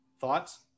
Thoughts